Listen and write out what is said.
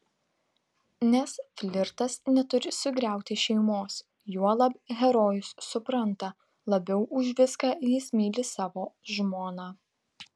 nes flirtas neturi sugriauti šeimos juolab herojus supranta labiau už viską jis myli savo žmoną